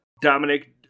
Dominic